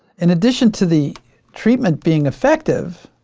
in addition to the treatment being effective,